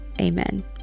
amen